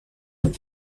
that